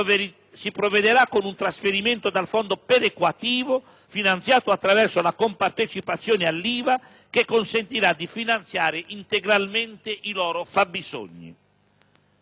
si provvederà con un trasferimento dal fondo perequativo, finanziato attraverso la compartecipazione all'IVA, che consentirà di finanziare integralmente i loro fabbisogni.